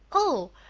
oh,